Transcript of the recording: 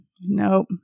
Nope